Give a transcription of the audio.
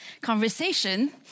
conversation